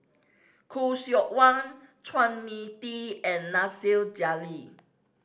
Khoo Seok Wan Chua Mia Tee and Nasir Jalil